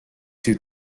two